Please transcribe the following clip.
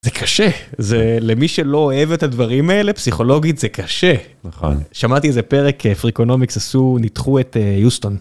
זה קשה זה למי שלא אוהב את הדברים האלה פסיכולוגית זה קשה שמעתי איזה פרק אפריקונומיקס עשו נתחו את היוסטון.